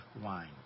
wine